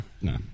No